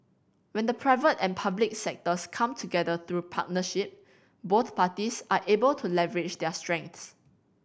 when the private and public sectors come together through partnership both parties are able to leverage their strengths